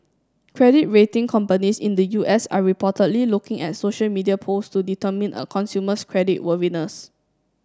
credit rating companies in the U S are reportedly looking at social media posts to determine a consumer's credit worthiness